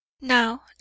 Now